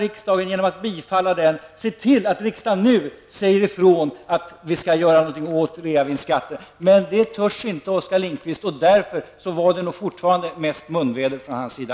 Riksdagen kunde genom att bifalla reservation 32 se till att riksdagen nu säger ifrån att vi skall göra någon åt reavinstbeskattningen. Men det törs inte Oskar Lindkvist. Därför var det fortfarande mest munväder från hans sida.